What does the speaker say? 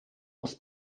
aus